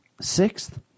sixth